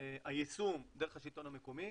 היישום דרך השלטון המקומי